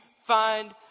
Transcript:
find